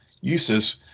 uses